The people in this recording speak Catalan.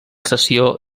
sessió